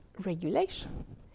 regulation